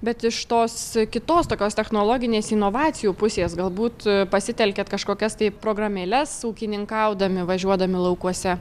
bet iš tos kitos tokios technologinės inovacijų pusės galbūt pasitelkiat kažkokias tai programėles ūkininkaudami važiuodami laukuose